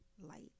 light